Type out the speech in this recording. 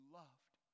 loved